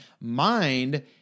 mind